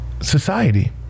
society